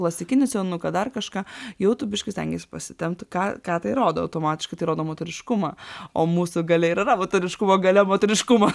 klasikinį sijonuką dar kažką jau tu biškį stengiesi pasitempti ką ką tai rodo automatiškai tai rodo moteriškumą o mūsų galia ir yra va ta ryškumo galia moteriškumo